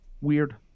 weird